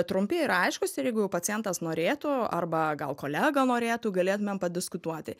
trumpi ir aiškūs ir jeigu jau pacientas norėtų arba gal kolega norėtų galėtumėm padiskutuoti